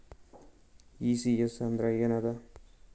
ECS ಅಂದ್ರ ಏನದ?